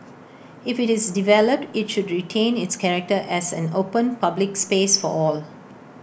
if IT is developed IT should retain its character as an open public space for all